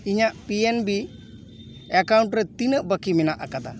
ᱤᱧᱟᱹᱜ P N B account ᱨᱮ ᱛᱤᱱᱟᱹᱜ ᱵᱟᱠᱤ ᱢᱮᱱᱟᱜ ᱟᱠᱟᱫᱟ